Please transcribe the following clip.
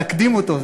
להקדים אותו,